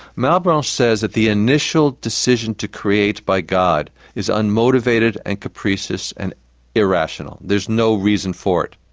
malebranche says that the initial decision to create by god is unmotivated and capricious and irrational. there's no reason for it.